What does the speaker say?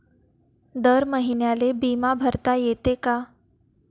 दर महिन्याले बिमा भरता येते का?